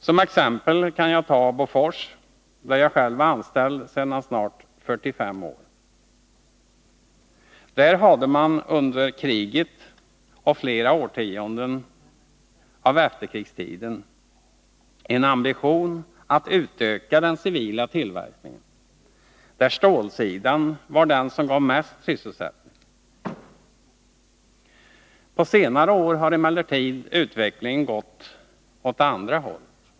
Som exempel kan jag ta Bofors, där jag själv är anställd sedan snart 45 år. Där hade man under kriget och flera årtionden av efterkrigstiden en ambition att utöka den civila tillverkningen, där stålsidan då var den som gav mest sysselsättning. På senare år har emellertid utvecklingen gått åt det andra hållet.